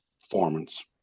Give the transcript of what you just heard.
performance